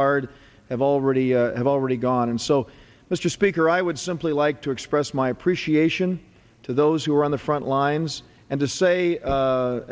hard have already have already gone and so mr speaker i would simply like to express my appreciation to those who are on the front lines and to say